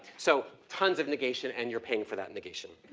so, tons of negation and you're paying for that negation.